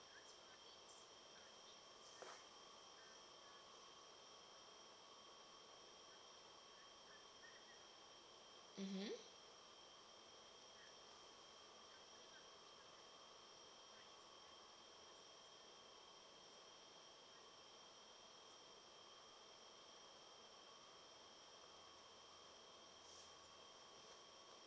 mmhmm